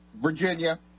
Virginia